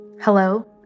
Hello